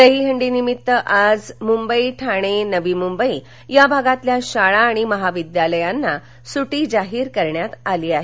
दहिहंडीनिमित्त आज मुंबई ठाणे नवी मुंबई भागातील शाळा आणि महाविद्यालयांना सुट्टी जाहीर करण्यात आली आहे